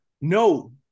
No